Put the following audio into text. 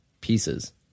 pieces